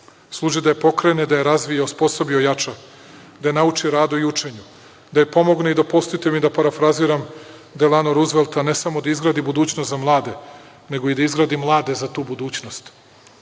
Služi da je pokrene, da je razvije i da je osposobi i ojača, da je nauči radu i učenju, da joj pomogne i dopustite mi da vam parafraziram Delano Ruzvleta ne samo da izgradi budućnost za mlade nego i da izgradi mlade za tu budućnost.